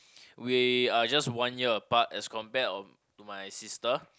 we are just one year apart as compared um to my sister